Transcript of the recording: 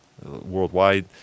worldwide